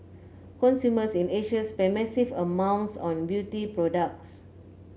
consumers in Asia spend massive amounts on beauty products